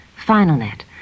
Finalnet